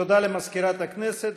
תודה למזכירת הכנסת.